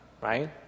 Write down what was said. right